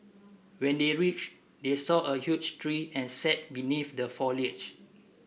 when they reached they saw a huge tree and sat beneath the foliage